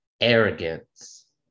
arrogance